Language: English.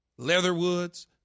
Leatherwoods